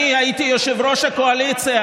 אני הייתי יושב-ראש הקואליציה,